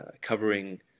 covering